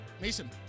Mason